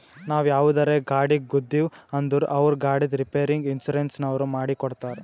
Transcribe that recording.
ನಾವು ಯಾವುದರೇ ಗಾಡಿಗ್ ಗುದ್ದಿವ್ ಅಂದುರ್ ಅವ್ರ ಗಾಡಿದ್ ರಿಪೇರಿಗ್ ಇನ್ಸೂರೆನ್ಸನವ್ರು ಮಾಡಿ ಕೊಡ್ತಾರ್